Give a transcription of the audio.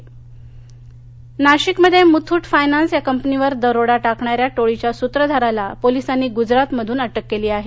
नाशिक नाशिकमध्ये मुथूट फायनान्स या कंपनीवर दरोडा टाकणाऱ्या टोळीच्या सूत्रधाराला पोलिसांनी गुजरात मधून अटक केली आहे